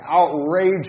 outrageous